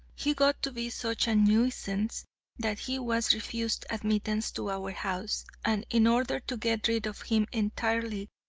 he got to be such a nuisance that he was refused admittance to our house, and in order to get rid of him entirely,